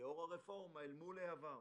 לאור הרפורמה אל מול העבר.